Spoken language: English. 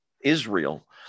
Israel